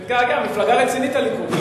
הוא מתגעגע, מפלגה רצינית הליכוד.